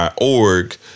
.org